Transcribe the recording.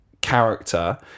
character